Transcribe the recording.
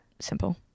simple